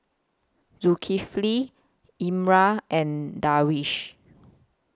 Zulkifli Imran and Darwish